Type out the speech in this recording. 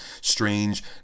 strange